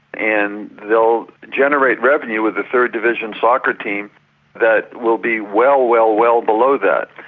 and they will generate revenue with the third division soccer team that will be well, well, well below that.